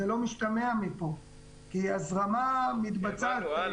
זה לא משתמע מפה כי הזרמה מתבצעת,